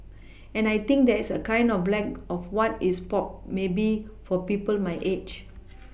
and I think there is a kind of a lack of what is pop maybe for people my age